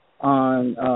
on